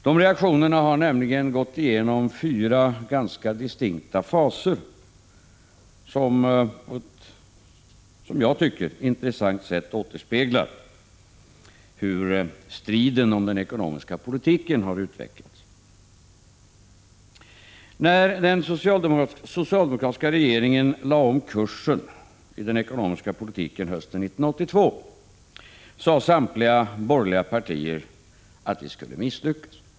De reaktionerna har nämligen gått igenom fyra ganska distinkta faser som på ett intressant sätt återspeglar hur striden om den ekonomiska politiken har utvecklats. När den socialdemokratiska regeringen lade om kursen i den ekonomiska politiken hösten 1982 sade samtliga borgerliga partier att det skulle misslyckas.